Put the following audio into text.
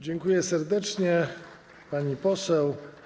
Dziękuję serdecznie, pani poseł.